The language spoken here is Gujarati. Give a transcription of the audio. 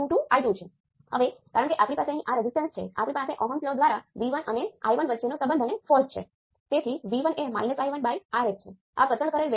તેથી તમે હંમેશા રેસિપ્રોકલ હોવા માટે કંટ્રોલ સોર્સ સાથે સર્કિટ ગોઠવી શકો છો